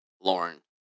Lauren